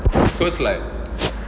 cause like